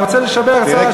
אני רוצה לשבח את שר השיכון,